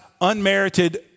unmerited